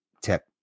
tip